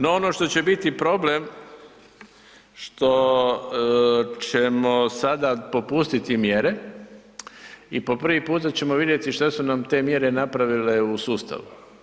No ono što će biti problem što ćemo sada popustiti mjere i po prvi puta ćemo vidjeti što su nam te mjere napravile u sustavu.